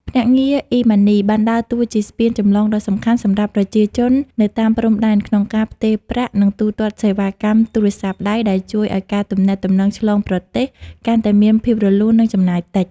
ភ្នាក់ងារ អ៊ីម៉ាន់នី (eMoney) បានដើរតួជាស្ពានចម្លងដ៏សំខាន់សម្រាប់ប្រជាជននៅតាមព្រំដែន ក្នុងការផ្ទេរប្រាក់ និងទូទាត់សេវាកម្មទូរស័ព្ទដៃ ដែលជួយឱ្យការទំនាក់ទំនងឆ្លងប្រទេសកាន់តែមានភាពរលូន និងចំណាយតិច។